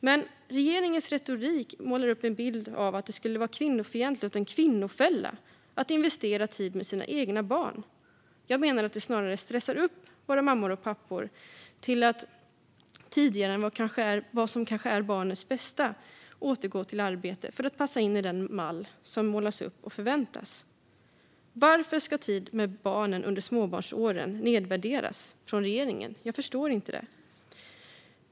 Men regeringens retorik målar upp en bild av att det skulle vara kvinnofientligt och en kvinnofälla att investera i tid med sina egna barn. Jag menar att det snarare stressar våra mammor och pappor att tidigare än vad som kanske är barnets bästa återgå till arbete för att passa in i den mall som målas upp och förväntas. Varför ska tid med barnen under småbarnsåren nedvärderas av regeringen? Jag förstår inte det.